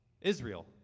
Israel